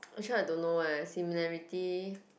actually I don't know eh similarity